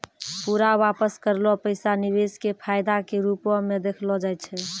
पूरा वापस करलो पैसा निवेश के फायदा के रुपो मे देखलो जाय छै